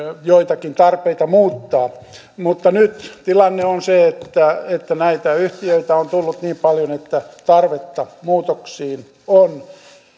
joitakin tarpeita muuttaa mutta nyt tilanne on se että että näitä yhtiöitä on tullut niin paljon että tarvetta muutoksiin on